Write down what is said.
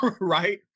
right